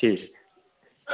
ठीक